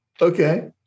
okay